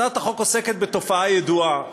הצעת החוק עוסקת בתופעה ידועה,